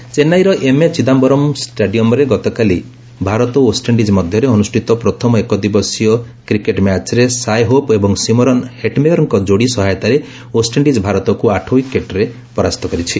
cricket ଚେନ୍ନାଇର M A Chidambaram ଷ୍ଟାଡିୟମ୍ରେ ଗତକାଲି ଭାରତ ଓ ଓ୍ୱେଷ୍ଟଇଣ୍ଡିଜ୍ ମଧ୍ୟରେ ଅନୁଷ୍ଠିତ ପ୍ରଥମ ଏକଦିବସୀୟ କ୍ରିକେଟ୍ ମ୍ୟାଚ୍ରେ ସାଏ ହୋପ୍ ଏବଂ ସିମରନ ହେଟମେୟରଙ୍କ ଯୋଡ଼ି ସହାୟତାରେ ଓ୍ୱେଷ୍ଟଇଣ୍ଡିଜ୍ ଭାରତକୁ ଆଠ ୱିକେଟ୍ରେ ପରାସ୍ତ କରିଛି